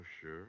sure